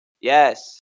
Yes